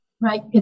right